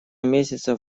месяцев